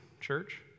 church